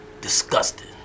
Disgusted